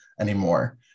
anymore